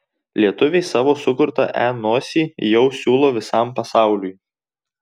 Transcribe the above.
lietuviai savo sukurtą e nosį jau siūlo visam pasauliui